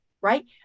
right